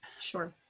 Sure